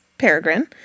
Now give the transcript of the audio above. Peregrine